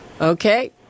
Okay